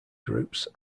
groups